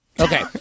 Okay